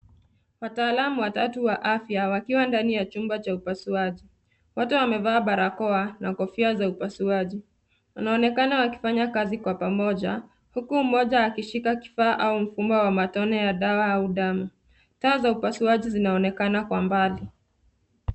Wataalamu watatu wa afya wakiwa ndani ya chumba cha upasuaji. Wote wamevaa barakoa na kofia za upasuaji. Wanaonekana wakifanya kazi kwa pamoja, huku mmoja akishika kifaa au mfumo wa matone ya dawa au damu. Taa za upasuaji zinaonekana kwa mbali.